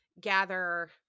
gather